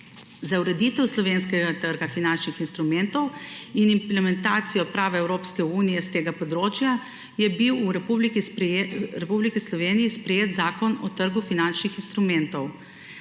Za ureditev slovenskega trga finančnih instrumentov in implementacijo prava Evropske unije s tega področja je bil v Republiki Sloveniji sprejet Zakon o trgu finančni instrumentov.